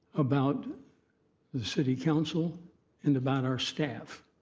about the city council and about our staff